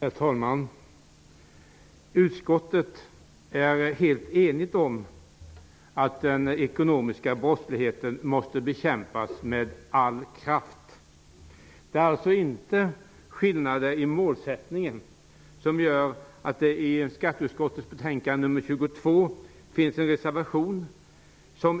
Herr talman! Utskottet är enigt om att den ekonomiska brottsligheten måste bekämpas med all kraft. Det är alltså inte skillnader i målsättningen som gör att det i skatteutskottets betänkande SkU22 finns en reservation.